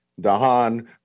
Dahan